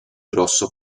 grosso